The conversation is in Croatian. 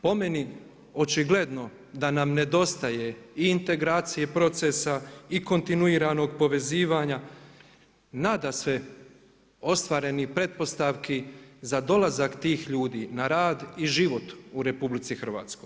Po meni očigledno da nam nedostaje i integracije i procesa i kontinuiranog povezivanja, nadasve ostvarenih pretpostavki za dolazak tih ljudi na rad i život u RH.